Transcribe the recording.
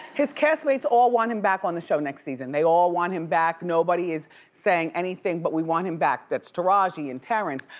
his castmates all want him back on the show next season, they all want him back, nobody is saying anything but we want him back. that's taraji, and terrence,